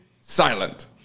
silent